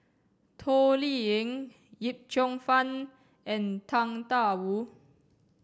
Toh Liying Yip Cheong Fun and Tang Da Wu